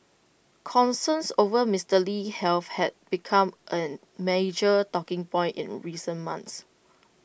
concerns over Mister Lee's health had become A major talking point in recent months